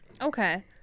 Okay